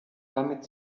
damit